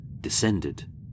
descended